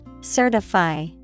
Certify